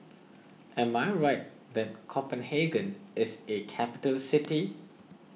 am I right that Copenhagen is a capital city